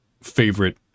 favorite